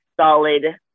solid